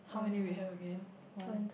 how many we have again one